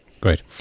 Great